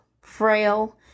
frail